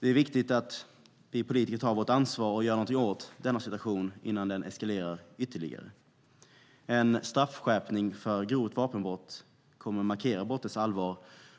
Det är viktigt att vi politiker tar vårt ansvar och gör något åt denna situation innan den eskalerar ytterligare. En straffskärpning för grovt vapenbrott kommer att markera brottets allvar